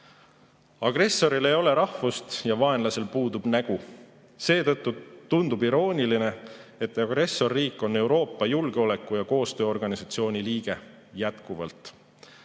Agressoril ei ole rahvust ja vaenlasel puudub nägu. Seetõttu tundub irooniline, et agressorriik on jätkuvalt Euroopa Julgeoleku- ja Koostööorganisatsiooni liige.